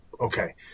okay